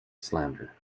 slander